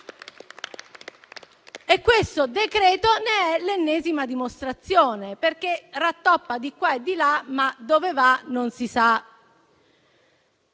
Questo decreto ne è l'ennesima dimostrazione, perché rattoppa di qua e di là, ma dove va non si sa.